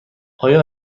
آیا